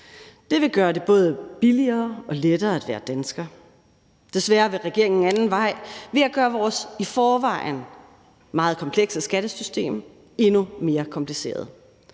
Det vil gøre det både billigere og lettere at være dansker. Desværre vil regeringen en anden vej ved at gøre vores i forvejen meget komplekse skattesystem endnu mere kompliceret.